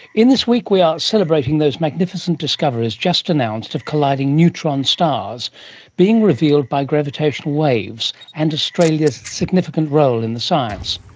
in this week we are celebrating those magnificent discoveries just announced of colliding neutron stars being revealed by gravitational waves, and australia's significant role in the science.